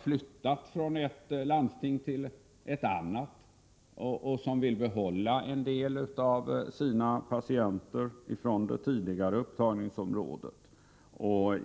flyttat från ett landstingsområde till ett annat och som vill behålla en del av sina patienter från det tidigare upptagningsområdet.